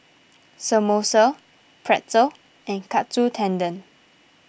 Samosa Pretzel and Katsu Tendon